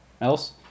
else